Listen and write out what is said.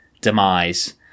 demise